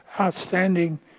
outstanding